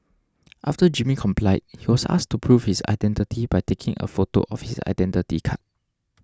after Jimmy complied he was asked to prove his identity by taking a photo of his Identity Card